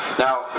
Now